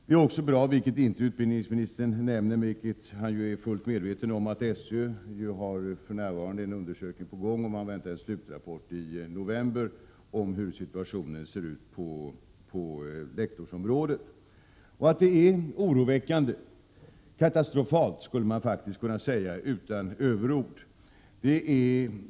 Det är också bra — vilket utbildningsministern inte nämnde, men vilket han är väl medveten om — att SÖ för närvarande har en undersökning på gång. Man väntar en slutrapport i november om hur situationen ser ut på lektorsområdet. Situationen är oroväckande — katastrofal skulle man faktiskt kunna säga utan att ta till överord.